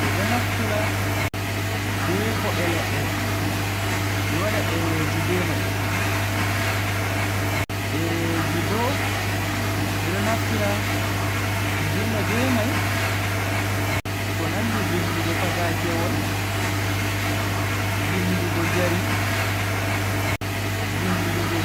Be do naftira be kobe ledde be wada dereeji be mai, dereeji bo bedo naftira be vinda be mai ko nandi vindugo patakewol, vindugo jari, vindugo